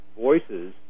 voices